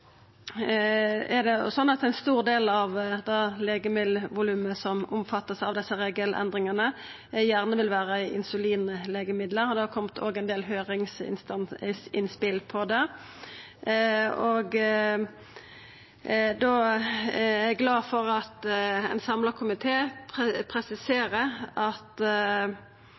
Ein stor del av det legemiddelvolumet som vert omfatta av desse regelendringane, vil gjerne vera insulinlegemiddel, og det har kome ein del høyringsinnspel på det. Eg er glad for at ein samla komité presiserer at